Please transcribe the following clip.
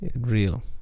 real